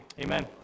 Amen